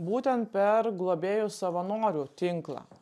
būtent per globėjų savanorių tinklą